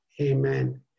Amen